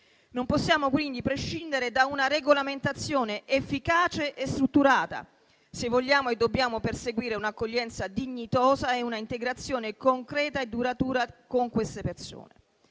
Non possiamo quindi prescindere da una regolamentazione efficace e strutturata, se vogliamo e dobbiamo perseguire un'accoglienza dignitosa e una integrazione concreta e duratura di queste persone.